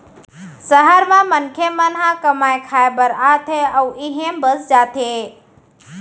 सहर म मनखे मन ह कमाए खाए बर आथे अउ इहें बस जाथे